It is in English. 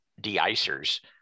de-icers